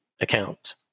account